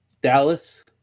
Dallas